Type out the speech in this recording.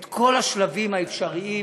את כל השלבים האפשריים,